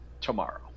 tomorrow